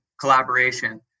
collaboration